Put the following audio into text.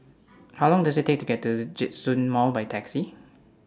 How Long Does IT Take to get to Djitsun Mall By Taxi